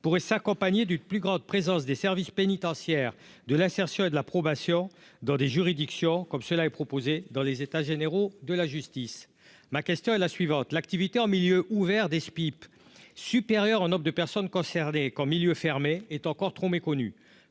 pourrait s'accompagner d'une plus grande présence des services pénitentiaires de l'insertion et de l'approbation dans des juridictions, comme cela est proposé dans les états généraux de la justice, ma question est la suivante : l'activité en milieu ouvert des SPIP supérieur au nombre de personnes concernées qu'en milieu fermé, est encore trop méconnus